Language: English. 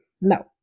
No